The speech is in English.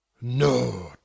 No